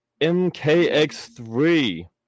MKX3